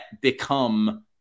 become